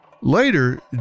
Later